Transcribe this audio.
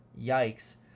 Yikes